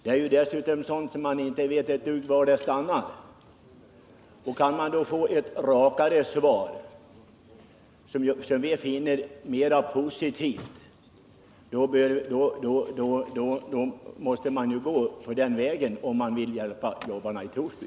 Men vi vet inte ett dugg om vad det leder till. Kan man då få ett rakare svar, som vi finner mer positivt, så måste man ju gå på den vägen, om man vill hjälpa jobbarna i Torsby.